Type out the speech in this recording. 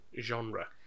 genre